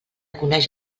coneix